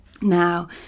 now